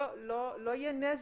לא יהיה נזק,